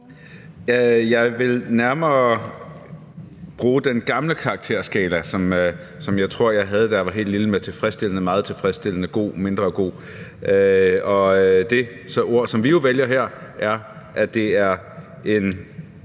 Jeg vil nærmere bruge den gamle karakterskala, som jeg tror man havde, da jeg var helt lille, med meget tilfredsstillende, tilfredsstillende, god og mindre god, og det ord, som vi jo vælger her, er, at det er en